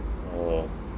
orh